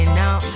now